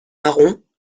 marrons